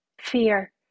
Fear